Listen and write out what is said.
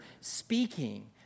speaking